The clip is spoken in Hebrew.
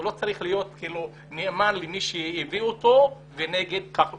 הוא לא צריך להיות נאמן למי שהביא אותו ונגד מישהו אחר.